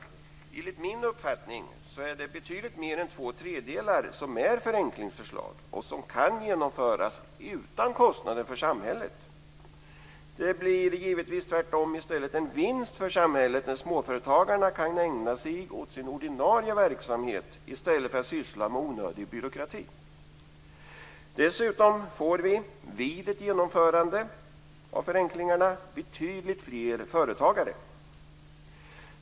Enligt min uppfattning är det betydligt mer än två tredjedelar som är förenklingsförslag och kan genomföras utan kostnader för samhället. Det blir tvärtom en vinst för samhället när småföretagarna kan ägna sig åt sin ordinarie verksamhet i stället för att syssla med onödig byråkrati. Dessutom får vi vid ett genomförande av förenklingarna betydligt fler företagare.